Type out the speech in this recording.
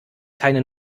keine